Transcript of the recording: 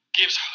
gives